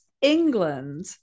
England